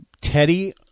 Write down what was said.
Teddy